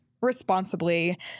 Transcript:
responsibly